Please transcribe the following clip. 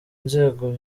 inzego